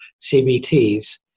CBTs